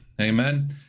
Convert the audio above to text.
Amen